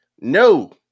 No